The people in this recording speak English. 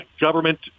government